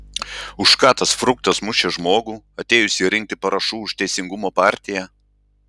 už ką tas fruktas mušė žmogų atėjusį rinkti parašų už teisingumo partiją